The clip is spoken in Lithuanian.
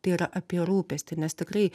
tai yra apie rūpestį nes tikrai